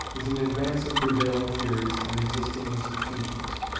is in advance of prevailing theories and existing institutions.